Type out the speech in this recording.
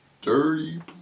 Dirty